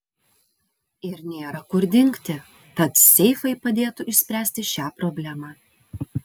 ir nėra kur dingti tad seifai padėtų išspręsti šią problemą